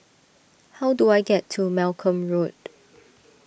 how do I get to Malcolm Road